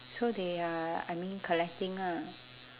so they are I mean collecting ah